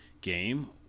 game